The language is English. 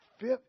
fifth